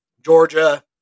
Georgia